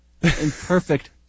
perfect